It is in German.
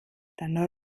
dann